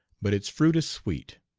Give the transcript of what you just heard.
but its fruit is sweet.